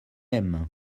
aime